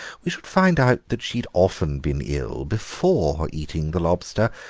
we should find out that she'd often been ill before eating the lobster.